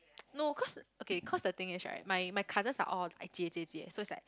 no cause okay cause the thing is right my my cousins are all like Jie Jie Jie so it's like